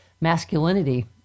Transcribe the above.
masculinity